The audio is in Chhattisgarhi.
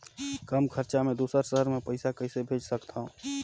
कम खरचा मे दुसर शहर मे पईसा कइसे भेज सकथव?